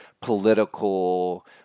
political